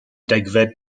degfed